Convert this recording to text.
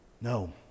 No